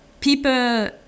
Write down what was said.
people